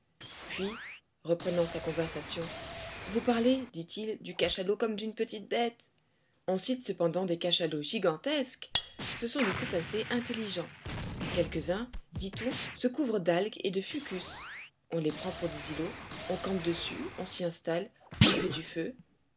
puis reprenant sa conversation vous parlez dit-il du cachalot comme d'une petite bête on cite cependant des cachalots gigantesques ce sont des cétacés intelligents quelques-uns dit-on se couvrent d'algues et de fucus on les prend pour des îlots on campe dessus on s'y installe on fait du feu